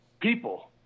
people